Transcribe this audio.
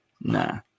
Nah